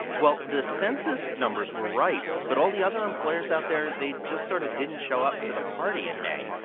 well, the census numbers were right. but all the other employers out there, they just sort of didn't show up to the party in may.